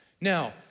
Now